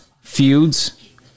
feuds